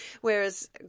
Whereas